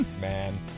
man